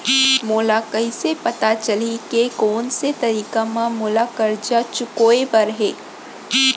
मोला कइसे पता चलही के कोन से तारीक म मोला करजा चुकोय बर हे?